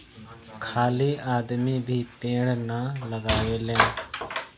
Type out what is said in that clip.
खाली आदमी भी पेड़ ना लगावेलेन